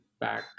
back